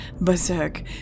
Berserk